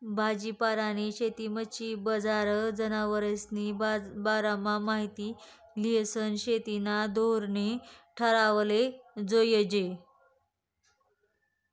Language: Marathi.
भाजीपालानी शेती, मच्छी बजार, जनावरेस्ना बारामा माहिती ल्हिसन शेतीना धोरणे ठरावाले जोयजे